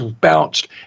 bounced